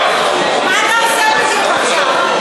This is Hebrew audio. מה אתה עושה בדיוק עכשיו?